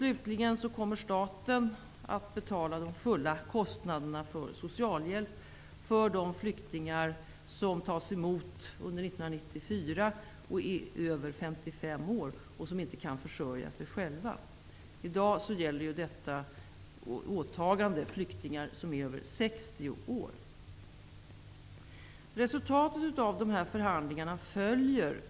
Staten kommer att betala de fulla kostnaderna för socialhjälp för de flyktingar över 55 år som tas emot under 1994 och som inte kan försörja sig själva. I dag gäller detta åtagande flyktingar som är över 60 år.